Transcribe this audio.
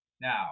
Now